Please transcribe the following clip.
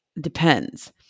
depends